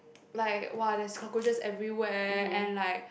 like wa there's cockroaches every and like